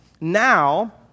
Now